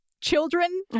children